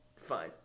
Fine